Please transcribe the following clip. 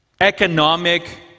economic